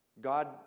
God